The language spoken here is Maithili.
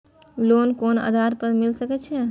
लोन कोन आधार पर मिल सके छे?